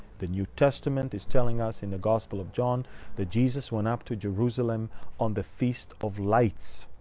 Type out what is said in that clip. the new testament is telling us in the gospel of john that jesus went up to jerusalem on the feast of lights,